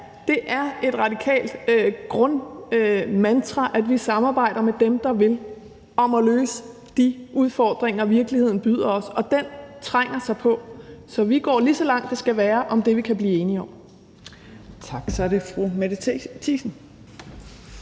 det er et radikalt grundmantra, at vi samarbejder med dem, der vil, om at løse de udfordringer, virkeligheden byder os, og den trænger sig på. Så vi går lige så langt, det skal være, med hensyn til det, vi kan blive enige om. Kl. 14:50 Fjerde næstformand